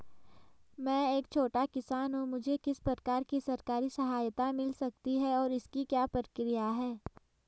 मैं एक छोटा किसान हूँ मुझे किस प्रकार की सरकारी सहायता मिल सकती है और इसकी क्या प्रक्रिया है?